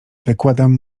wykładam